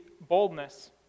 boldness